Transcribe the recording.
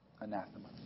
Anathema